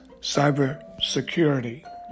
cybersecurity